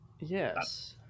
Yes